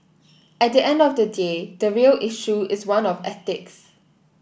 at the end of the day the real issue is one of ethics